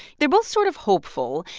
they're both sort of hopeful,